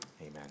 amen